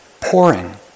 pouring